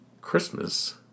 Christmas